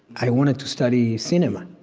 i wanted to study cinema.